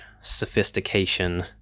sophistication